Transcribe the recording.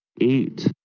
eight